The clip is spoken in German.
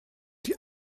die